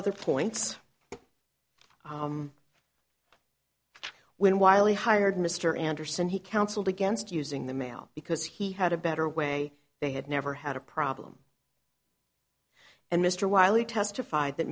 other points when wiley hired mr anderson he counseled against using the mail because he had a better way they had never had a problem and mr wylie testified that